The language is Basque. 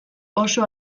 oso